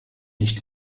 nicht